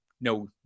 no